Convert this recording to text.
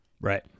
right